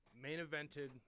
main-evented